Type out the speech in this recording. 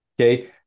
Okay